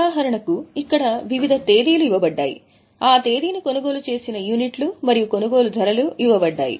ఉదాహరణకు ఇక్కడ వివిధ తేదీలు ఇవ్వబడ్డాయి ఆ తేదీని కొనుగోలు చేసిన యూనిట్లు మరియు కొనుగోలు ధరలు ఇవ్వబడ్డాయి